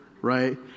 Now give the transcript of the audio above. right